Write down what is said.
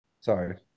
Sorry